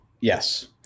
Yes